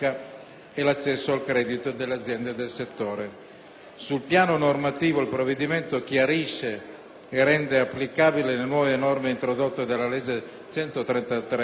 e l'accesso al credito delle aziende del settore. Sul piano normativo il provvedimento chiarisce e rende applicabili le nuove norme introdotte dalla legge n.